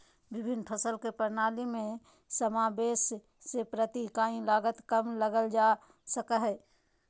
विभिन्न फसल के प्रणाली में समावेष से प्रति इकाई लागत कम कइल जा सकय हइ